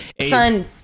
son